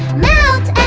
mouth